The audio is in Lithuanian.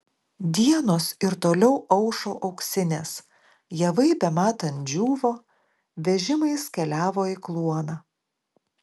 dienos ir toliau aušo auksinės javai bematant džiūvo vežimais keliavo į kluoną